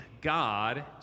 God